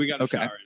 Okay